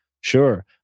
Sure